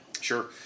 Sure